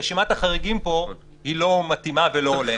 רשימת החריגים פה היא לא מתאימה ולא הולמת.